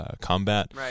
combat